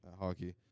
hockey